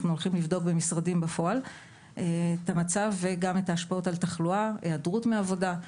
אנחנו הולכים לבדוק משרדים בפועל ואת ההשפעה על תחלואה והיעדרות מעבודה.